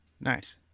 Nice